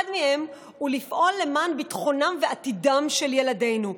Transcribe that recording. אחד מהם הוא לפעול למען ביטחונם ועתידם של ילדינו.